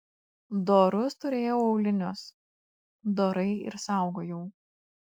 dorus turėjau aulinius dorai ir saugojau